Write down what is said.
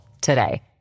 today